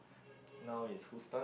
now is whose turn